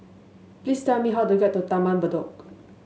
please tell me how to get to Taman Bedok